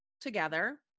together